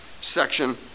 section